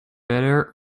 better